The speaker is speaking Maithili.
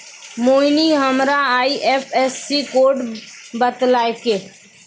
मोहिनी हमरा आई.एफ.एस.सी कोड बतैलकै